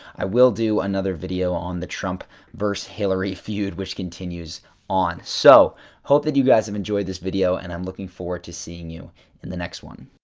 i will do another video on the trump versus hillary feud which continues on. so, i hope that you guys have enjoyed this video and i'm looking forward to seeing you in the next one.